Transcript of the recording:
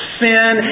sin